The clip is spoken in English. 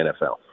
NFL